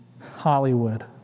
Hollywood